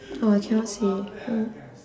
oh I cannot say oh